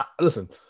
Listen